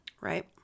Right